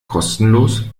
kostenlos